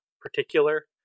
particular